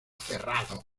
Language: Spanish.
cerrado